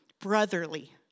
brotherly